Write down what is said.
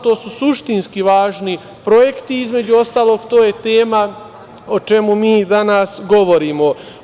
To su suštinski važni projekti, između ostalog, to je tema o čemu mi danas govorimo.